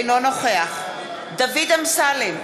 אינו נוכח דוד אמסלם,